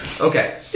Okay